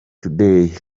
today